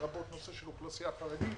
לרבות נושא של אוכלוסייה חרדית,